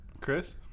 Chris